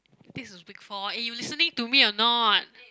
this is week four eh you listening to me or not